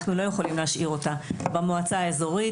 אנחנו לא יכולים להשאיר אותה במועצה האזורית,